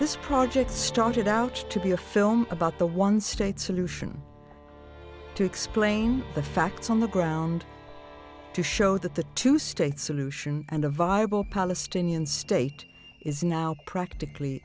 this project started out to be a film about the one state solution to explain the facts on the ground to show that the two state solution and a viable palestinian state is now practically